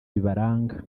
bibaranga